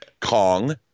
Kong